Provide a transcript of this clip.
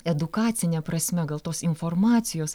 edukacine prasme gal tos informacijos